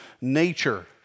nature